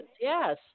yes